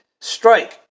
strike